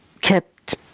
kept